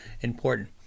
important